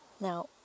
Now